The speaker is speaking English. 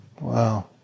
Wow